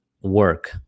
work